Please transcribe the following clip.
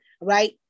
right